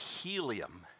helium